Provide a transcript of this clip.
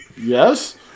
Yes